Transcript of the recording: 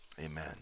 Amen